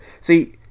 See